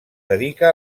dedica